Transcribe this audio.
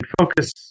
focus